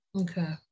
Okay